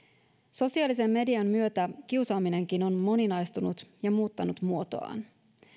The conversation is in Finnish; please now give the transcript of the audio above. sosiaalisen median myötä kiusaaminenkin on moninaistunut ja muuttanut muotoaan